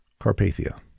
carpathia